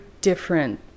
different